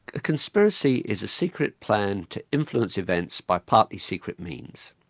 a conspiracy is a secret plan to influence events by partly secret means,